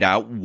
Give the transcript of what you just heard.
Out